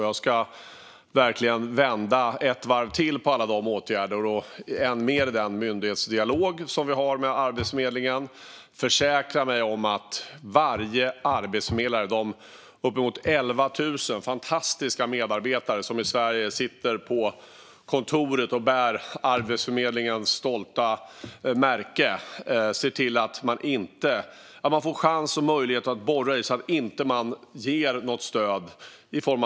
Jag ska verkligen ta ett varv till med alla de åtgärder och än mer den myndighetsdialog som jag har med Arbetsförmedlingen för att försäkra mig om att varenda en av dess uppemot 11 000 fantastiska medarbetare som sitter på kontor runt om i Sverige och bär Arbetsförmedlingens stolta märke får chans och möjlighet att borra i detta så att man inte felaktigt ger stöd i form av subventionerad anställning.